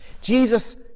Jesus